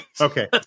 Okay